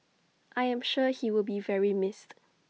I am sure he will be very missed